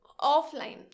offline